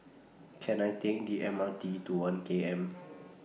Can I Take The M R T to one K M